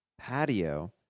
patio